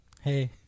Hey